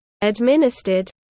administered